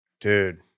dude